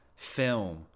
Film